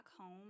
home